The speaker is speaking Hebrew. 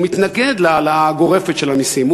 הוא מתנגד להעלאה הגורפת של המסים,